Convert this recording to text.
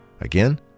Again